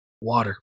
Water